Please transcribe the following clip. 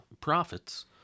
profits